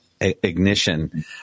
ignition